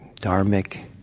dharmic